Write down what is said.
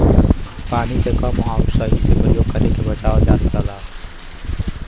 पानी के कम आउर सही से परयोग करके बचावल जा सकल जाला